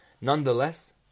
Nonetheless